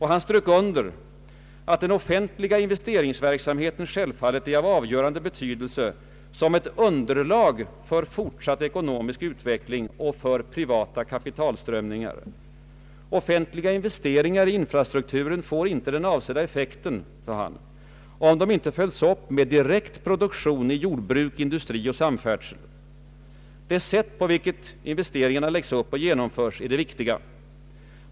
Han strök under att den offentliga investeringsverksamheten självfallet är av avgörande betydelse som ett underlag för fortsatt ekonomisk utveckling och för privata kapitalströmningar. Offentliga investeringar i infrastrukturen får inte den avsedda effekten, sade han, om de inte följs upp med direkt produktion i jordbruk, industri, samfärdsel etc. Det sätt på vilket investeringarna läggs upp och genomförs är det viktiga.